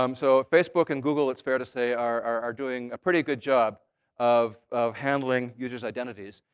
um so facebook and google, it's fair to say, are doing a pretty good job of of handling users' identities.